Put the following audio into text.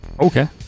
Okay